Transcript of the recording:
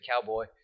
cowboy